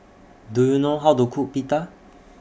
Do YOU know How to Cook Pita